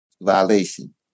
violation